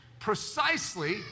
precisely